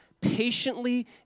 patiently